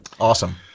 Awesome